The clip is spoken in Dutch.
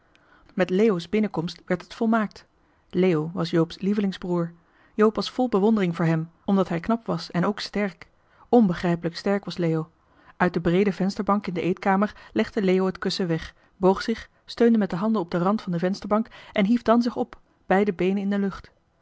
wèl met leo's binnenkomst werd het volmaakt leo was joop's lievelingsbroer joop was vol bewondering voor hem omdat hij knap was en ook sterk onbegrijpelijk sterk was leo uit de breede vensterbank in de eetkamer legde leo het kussen weg boog zich steunde met de handen op den rand van de vensterbank en hief dan zich op beide beenen in de lucht